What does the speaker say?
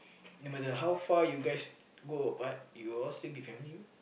no matter how far you guys go apart you all will still be family mah